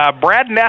Brad